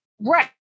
Right